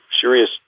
serious